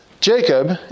Jacob